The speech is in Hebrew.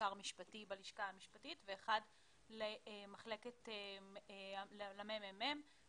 ומחקר משפטי בלשכה המשפטית ולמרכז המחקר והמידע